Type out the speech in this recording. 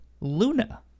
Luna